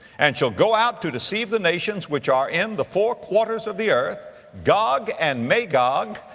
and shall go out to deceive the nations which are in the four quarters of the earth, gog and magog,